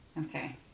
Okay